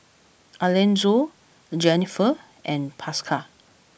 Alanzo Jenniffer and Pascal